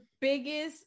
biggest